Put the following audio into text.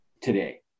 today